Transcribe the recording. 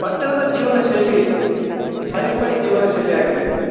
ಪಟ್ಟಣದ ಜೀವನ ಶೈಲಿ ಹೈಫೈ ಜೀವನ ಶೈಲಿಯಾಗಿರುತ್ತೆ